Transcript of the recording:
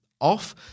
off